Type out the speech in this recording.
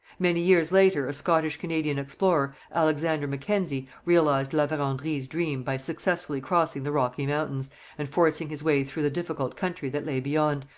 many years later a scottish-canadian explorer, alexander mackenzie, realized la verendrye's dream by successfully crossing the rocky mountains and forcing his way through the difficult country that lay beyond,